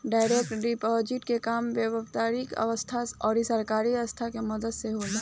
direct deposit के काम व्यापारिक संस्था आउर सरकारी संस्था के मदद से होला